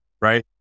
Right